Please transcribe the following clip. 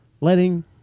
letting